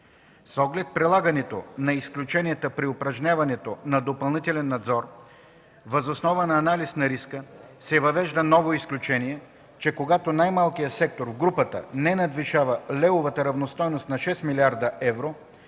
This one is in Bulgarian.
С оглед прилагането на изключенията при упражняването на допълнителен надзор въз основа на анализ на риска се въвежда ново изключение, че когато най-малкият сектор в групата не надвишава левовата равностойност на 6 млрд. евро,